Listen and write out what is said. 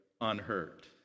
unhurt